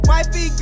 Wifey